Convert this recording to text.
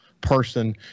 person